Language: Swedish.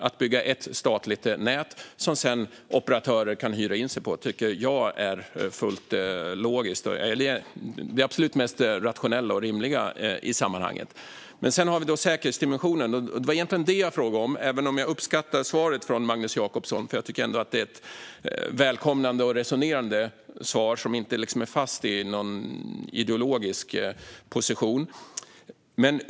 Att bygga ett statligt nät som operatörer sedan kan hyra in sig på tycker jag är fullt logiskt och det absolut mest rationella och rimliga i sammanhanget. Men sedan har vi då säkerhetsdimensionen. Det var egentligen den jag frågade om, även om jag uppskattade svaret från Magnus Jacobsson. Jag tycker ändå att det är ett välkomnande och resonerande svar som inte är fast i någon ideologisk position.